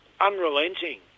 unrelenting